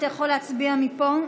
אתה יכול להצביע מפה,